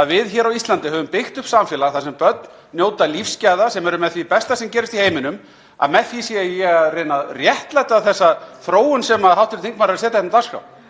að við hér á Íslandi höfum byggt upp samfélag þar sem börn njóta lífsgæða sem eru með því besta sem gerist í heiminum, að með því sé ég að reyna að réttlæta þessa þróun sem hv. þingmaður er að setja hérna á dagskrá.